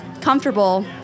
comfortable